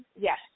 Yes